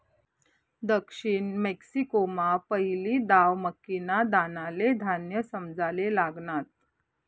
दक्षिण मेक्सिकोमा पहिली दाव मक्कीना दानाले धान्य समजाले लागनात